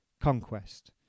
Conquest